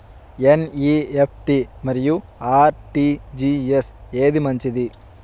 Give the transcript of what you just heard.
NEFT మరియు RTGS ఏది మంచిది?